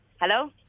Hello